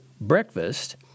breakfast